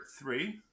three